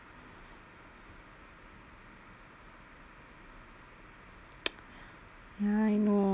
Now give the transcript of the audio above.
I know